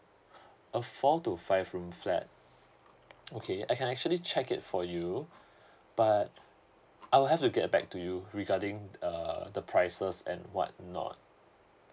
a four to five room flat okay I can actually check it for you but I'll have to get back to you regarding uh the prices and what not